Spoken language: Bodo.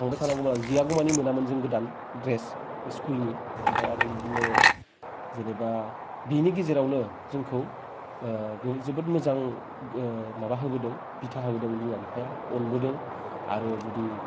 थांबाय थानांगौमोन आरो जियागौ मानि मोनामोन जों गोदान द्रेस स्कुलनि ओमफ्राय आरो बिदिनो जेनेबा बेनि गेजेरावनो जोंखौ जोबोद मोजां माबा होबोदों बिथा होबोदों बिमा बिफाया अनबोदों आरो जुदि